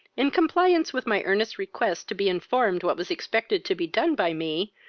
in compliance with my earnest request to be informed what was expected to be done by me,